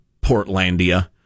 Portlandia